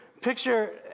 picture